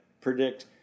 predict